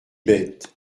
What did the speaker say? bête